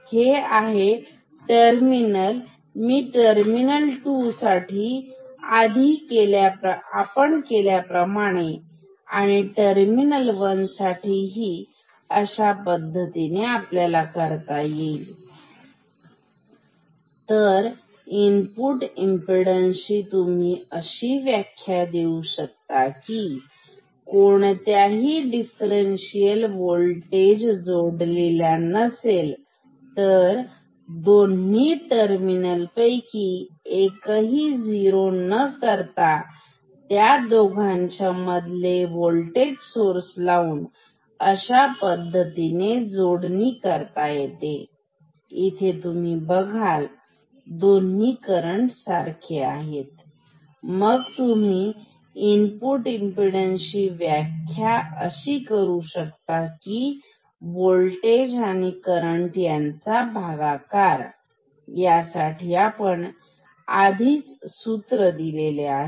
हे आहे तर मी टर्मिनल 2 साठी आधी आपण केल्याप्रमाणे तर टर्मिनल 1 साठी किंवा तुम्ही अशा पद्धतीने इनपुट इमपीडन्स ची व्याख्या देऊ शकता कोणताही देफरन्शियल होल्टेज जोडलेला नसेल तर दोन्ही टर्मिनल पैकी एकही झिरो न करता त्या दोघांच्या मध्ये वोल्टेज सोर्स लावून अशा पद्धतीने जोडणी करता येते इथे तुम्ही बघाल दोन्ही करंट सारखे आहेत मग तुम्ही इनपुट इमपीडन्स ची व्याख्या करू शकता की होल्टेज आणि करंट यांचा भागाकार यासाठी आपण आधीच सूत्र दिलेले आहेत